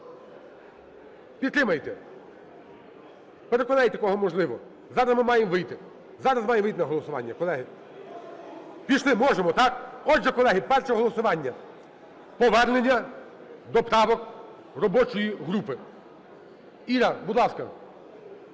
підтримайте. Переконайте кого можливо, зараз ми маємо вийти, зараз маємо вийти на голосування, колеги. Пішли. Можемо, так? Отже, колеги, перше голосування. Повернення до правок робочої групи. Іра, будь ласка,